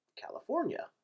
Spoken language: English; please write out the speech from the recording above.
California